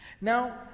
Now